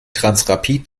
transrapid